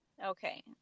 Okay